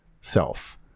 self